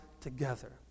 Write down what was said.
together